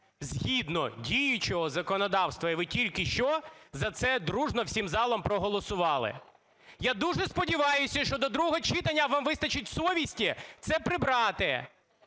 згідно діючого законодавства. І ви тільки що за це дружно всім залом проголосувати. Я дуже сподіваюся, що до другого читання вам вистачить совісті це прибрати.